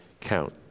count